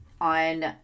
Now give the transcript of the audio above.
on